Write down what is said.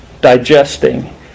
digesting